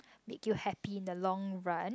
make you happy in the long run